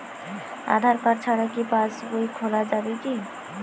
আধার card ছাড়া কি পাসবই খোলা যাবে কি?